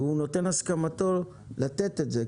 הוא נותן הסכמתו לתת את זה,